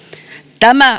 tämä